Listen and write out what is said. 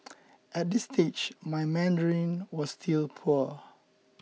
at this stage my Mandarin was still poor